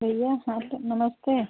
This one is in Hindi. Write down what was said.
भैया हाँ तो नमस्ते